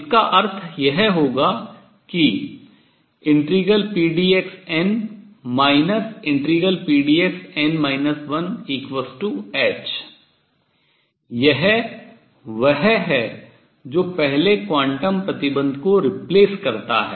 इसका अर्थ यह होगा कि ∫pdxn ∫pdxn 1h यह वह है जो पहले क्वांटम प्रतिबन्ध को replace प्रतिस्थापित करता है